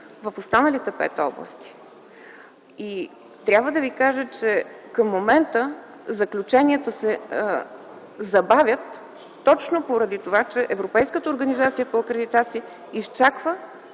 в останалите пет области. Трябва да ви кажа, че към момента заключенията се забавят точно поради това, че Европейската организация за акредитация изчаква